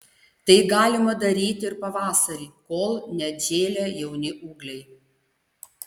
tai galima daryti ir pavasarį kol neatžėlę jauni ūgliai